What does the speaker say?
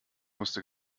wusste